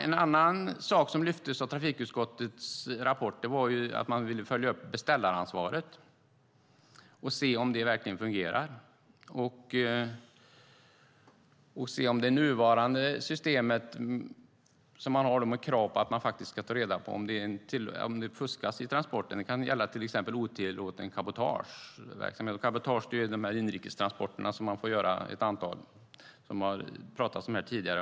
En annan sak som lyftes upp i trafikutskottets rapport var att man ville följa upp beställaransvaret och se om det verkligen fungerar. Man ville se om det nuvarande systemet med krav på att faktiskt ta reda på om det fuskas i transporten är tillräckligt effektivt. Det kan gälla till exempel otillåten cabotageverksamhet. Cabotage är ju de här inrikestransporterna - man får göra ett antal - som det har pratats om här tidigare.